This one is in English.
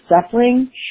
suffering